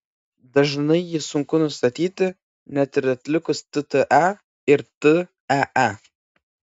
dažnai jį sunku nustatyti net ir atlikus tte ir tee